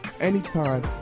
anytime